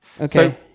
Okay